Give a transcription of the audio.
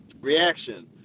reaction